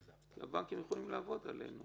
כי הבנקים יכולים לעבוד עלינו.